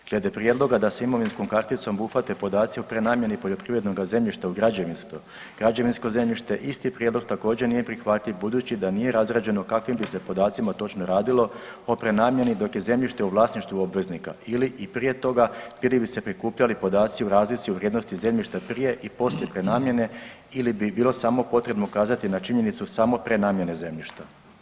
Glede prijedloga da se imovinskom karticom obuhvate podaci o prenamijeni poljoprivrednoga zemljišta u građevinsko, građevinsko zemljište, isti prijedlog također nije prihvatljiv budući da nije razrađeno o kakvim bi se podacima točno radilo o prenamijeni dok je zemljište u vlasništvu obveznika ili i prije toga, prije bi se prikupljali podaci o razlici o vrijednosti zemljišta prije i poslije prenamijene ili bi bilo samo potrebno ukazati na činjenicu samo prenamijene zemljišta.